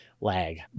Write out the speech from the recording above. lag